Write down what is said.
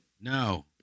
No